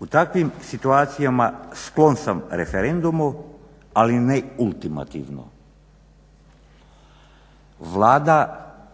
U takvim situacijama sklon sam referendumu ali ne ultimativno". Vlada